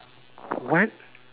what